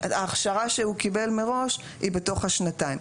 ההכשרה שהוא קיבל מראש היא בתוך השנתיים.